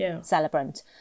celebrant